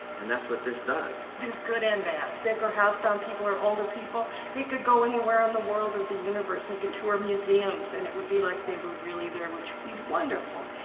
and that's what this does. there's good and bad. sick or housebound people or older people they could go anywhere in the world or the universe. they could tour museums, and it would be like they were really there, which would be wonderful.